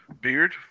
Beard